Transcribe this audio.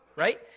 right